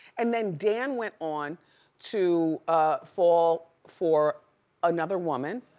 and then dan went on to fall for another woman,